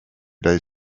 dig